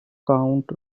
count